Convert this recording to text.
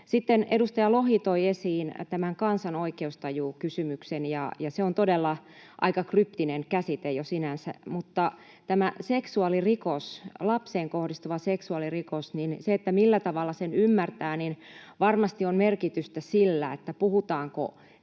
edustaja Lohi toi esiin kansan oikeustaju -kysymyksen, ja se on todella aika kryptinen käsite jo sinänsä. Mutta seksuaalirikoksen kohdalla, lapseen kohdistuvan seksuaalirikoksen kohdalla, siinä, millä tavalla sen ymmärtää, on varmasti merkitystä sillä, puhutaanko